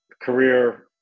career